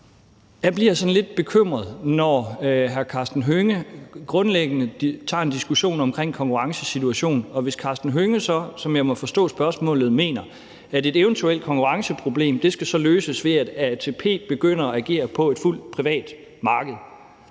Jeg bliver sådan lidt bekymret, når hr. Karsten Hønge grundlæggende tager en diskussion om konkurrencesituationen og hr. Karsten Hønge så, som jeg må forstå spørgsmålet, mener, at et eventuelt konkurrenceproblem skal løses, ved at ATP begynder at agere på et fuldt privat marked.